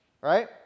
right